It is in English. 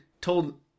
told